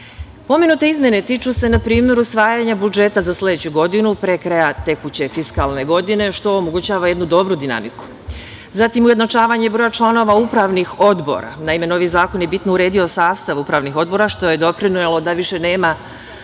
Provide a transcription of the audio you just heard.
kulture. Pomenute izmene tiču se, na primer, usvajanja budžeta za sledeću godinu pre kraja tekuće fiskalne godine, što omogućava jednu dobru dinamiku. Zatim, ujednačavanje broja članova upravnih odbora. Naime, novi zakon je bitno uredio sastav upravnih odbora, što je doprinelo da više nema